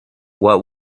what